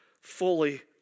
fully